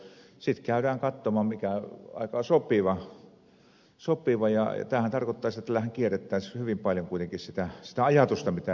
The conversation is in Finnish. ei silloin viitsitä katsoa ja sitten käydään katsomaan mikä aika on sopiva ja tämähän tarkoittaa sitä että tällähän kuitenkin kierrettäisiin hyvin paljon sitä ajatusta mitä ed